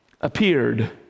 appeared